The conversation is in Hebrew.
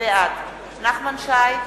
בעד נחמן שי,